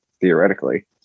theoretically